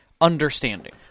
understanding